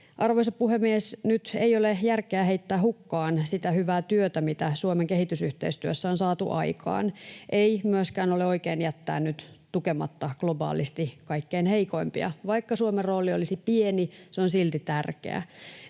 Arvoisa puhemies! Nyt ei ole järkeä heittää hukkaan sitä hyvää työtä, mitä Suomen kehitysyhteistyössä on saatu aikaan. Ei myöskään ole oikein jättää nyt tukematta globaalisti kaikkein heikoimpia. Vaikka Suomen rooli olisi pieni, se on silti tärkeä.